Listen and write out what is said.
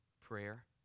prayer